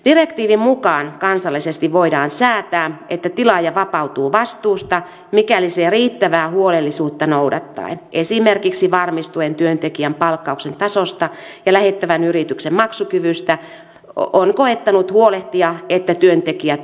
direktiivin mukaan kansallisesti voidaan säätää että tilaaja vapautuu vastuusta mikäli se riittävää huolellisuutta noudattaen esimerkiksi varmistuen työntekijän palkkauksen tasosta ja lähettävän yrityksen maksukyvystä on koettanut huolehtia että työntekijät saavat palkkansa